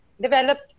developed